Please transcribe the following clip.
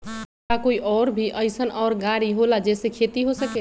का कोई और भी अइसन और गाड़ी होला जे से खेती हो सके?